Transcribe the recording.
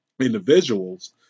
individuals